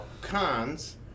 cons